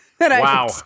Wow